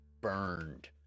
burned